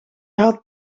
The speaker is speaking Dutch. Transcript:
had